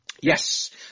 yes